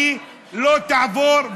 היא לא תעבור,